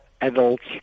adults